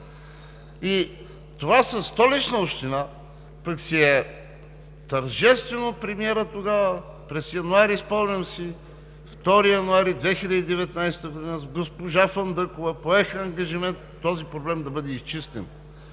И това със Столична община пък си е тържествено – премиерът, тогава през месец януари, спомням си – 2 януари 2019 г., с госпожа Фандъкова поеха ангажимент този проблем да бъде изчистен.